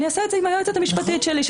אני אעשה את זה עם היועצת המשפטית שלי.